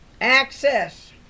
Access